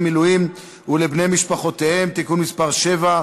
מילואים ולבני משפחותיהם (תיקון מס' 7),